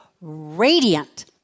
radiant